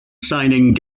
signing